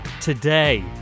today